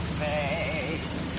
face